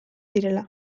direla